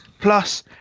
Plus